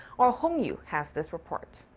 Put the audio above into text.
our hong yoo has this report.